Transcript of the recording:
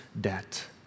debt